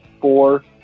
four